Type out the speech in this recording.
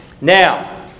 Now